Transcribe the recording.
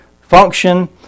function